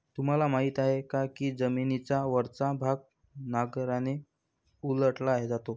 तुम्हाला माहीत आहे का की जमिनीचा वरचा भाग नांगराने उलटला जातो?